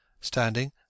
standing